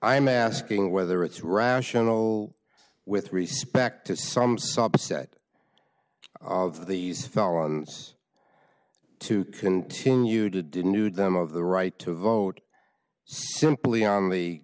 i'm asking whether it's rational with respect to some subset of these felons to continue to didn't do them of the right to vote simply on the